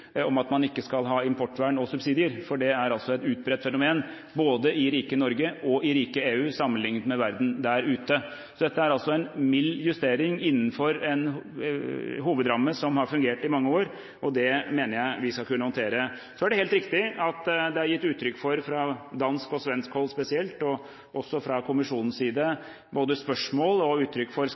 om at man ikke skal ha importvern og subsidier, for det er et utbredt fenomen både i rike Norge og i rike EU sammenlignet med verden der ute. Dette er altså en mild justering innenfor en hovedramme som har fungert i mange år, og det mener jeg vi skal kunne håndtere. Så er det helt riktig at det er gitt uttrykk for spesielt fra dansk og svensk hold, og også fra kommisjonens side, både spørsmål og